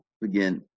begin